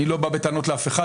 אני לא בא בטענות לאף אחד,